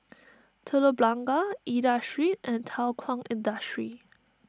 Telok Blangah Aida Street and Thow Kwang Industry